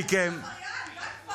איזה עבריין, די כבר.